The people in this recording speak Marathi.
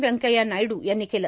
व्यंकय्या नायड् यांनी केलं